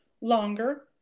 longer